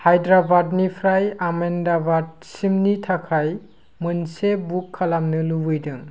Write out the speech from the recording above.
हायद्राबादनिफ्राय आहमेदाबाद सिमनि थाखाय मोनसे बुक खालामनो लुबैदों